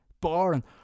Boring